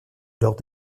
leurs